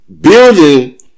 building